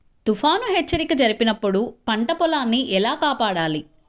తుఫాను హెచ్చరిక జరిపినప్పుడు పంట పొలాన్ని ఎలా కాపాడాలి?